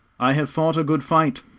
i have fought a good fight,